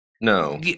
No